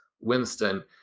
Winston